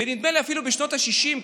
ונדמה לי אפילו בשנות השישים,